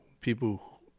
people